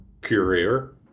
courier